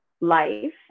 life